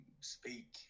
speak